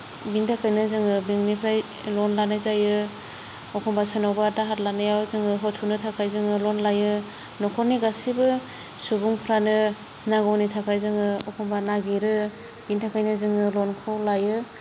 बिनि थाखायनो जोङो बेंकनिफ्राय लन लानाय जायो एखमब्ला सोरनावबा दाहार लानायाव जोङो होथ'नो थाखाय जोङो लन लायो न'खरनि गासैबो सुबुंफ्रानो नांगौनि थाखाय जोङो एखमब्ला नागिरो बिनि थाखायनो जोङो लनखौ लायो